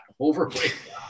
overweight